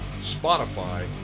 Spotify